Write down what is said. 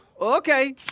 okay